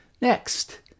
Next